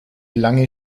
lange